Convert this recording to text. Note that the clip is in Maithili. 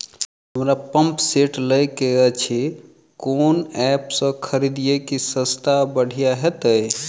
हमरा पंप सेट लय केँ अछि केँ ऐप सँ खरिदियै की सस्ता आ बढ़िया हेतइ?